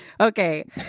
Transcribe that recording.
Okay